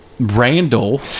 Randall